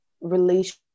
relation